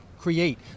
create